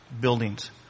buildings